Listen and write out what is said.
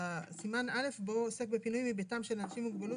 וסימן א' בו עוסק בפינוי מביתם של אנשים עם מוגלות